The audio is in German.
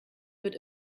wird